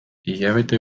hilabete